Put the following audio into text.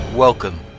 Welcome